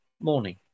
Morning